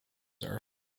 are